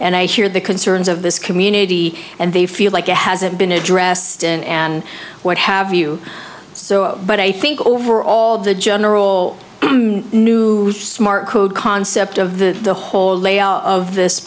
and i hear the concerns of this community and they feel like it hasn't been addressed and what have you so but i think overall the general new smart concept of the the whole layout of this